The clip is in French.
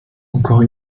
encore